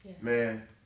man